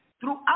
throughout